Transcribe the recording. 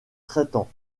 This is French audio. traitant